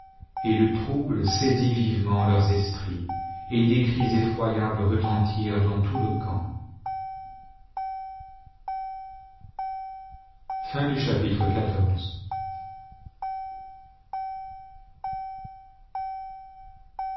et le trouble saisit vivement leurs esprits et des cris effroyables retentirent dans tout le camp